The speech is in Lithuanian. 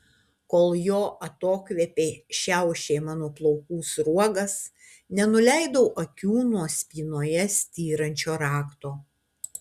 kol jo atokvėpiai šiaušė mano plaukų sruogas nenuleidau akių nuo spynoje styrančio rakto